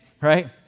right